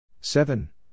Seven